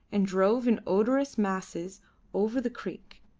and drove in odorous masses over the creek,